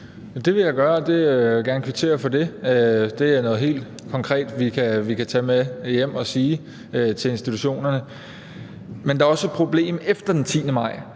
kvittere for. Det er noget helt konkret, vi kan tage med hjem til institutionerne og sige. Men der er også et problem efter den 10. maj.